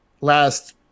last